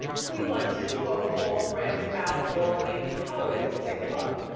queen latifah called friends out on andy cohen. take a look.